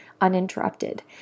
uninterrupted